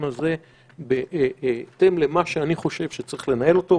הזה בהתאם למה שאני חושב שצריך לנהל אותו,